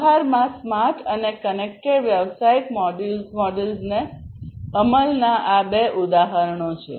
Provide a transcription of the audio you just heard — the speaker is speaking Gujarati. વ્યવહારમાં સ્માર્ટ અને કનેક્ટેડ વ્યવસાયિક મોડલ્સના અમલના આ બે ઉદાહરણો છે